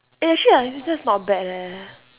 eh actually I feel this not bad eh